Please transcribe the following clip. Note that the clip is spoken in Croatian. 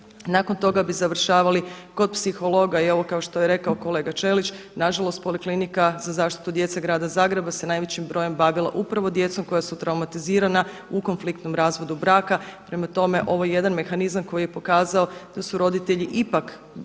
nakon toga bi završavali kod psihologa i ovo kao što je rekao kolega Ćelić nažalost Poliklinika za zaštitu djece grada Zagreba sa najvećim brojem bavila upravo djecom koja su traumatizirana u konfliktnom razvodu braka. Prema tome, ovo je jedan mehanizam koji je pokazao da su roditelji ipak dakle